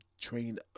train